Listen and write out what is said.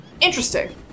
Interesting